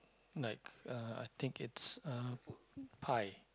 like uh I think it's uh pie